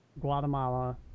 Guatemala